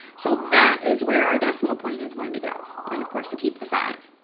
so that is where our decimal point is going to go, and of course, we keep the five.